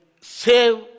save